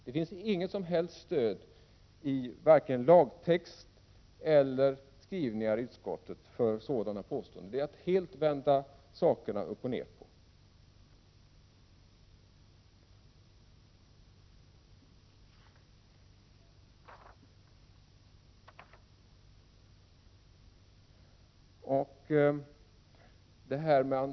Det finns inget som helst stöd i vare sig lagtexten eller utskottsskrivningen för ett sådant påstående. Det är att helt vända upp och ner på saken.